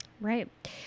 Right